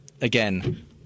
again